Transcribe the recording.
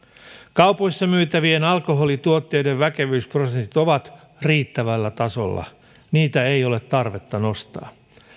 kaupoissa myytävien alkoholituotteiden väkevyysprosentit ovat riittävällä tasolla niitä ei ole tarvetta nostaa